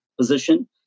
position